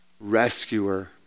Rescuer